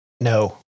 No